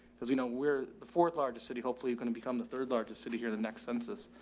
cause you know, we're the fourth largest city. hopefully you're going to become the third largest city here. the next census.